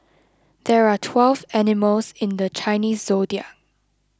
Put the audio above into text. there are twelve animals in the Chinese zodiac